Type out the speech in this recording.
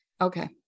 Okay